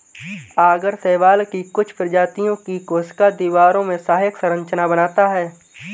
आगर शैवाल की कुछ प्रजातियों की कोशिका दीवारों में सहायक संरचना बनाता है